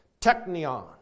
technion